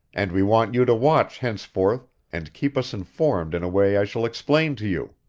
and we want you to watch henceforth, and keep us informed in a way i shall explain to you.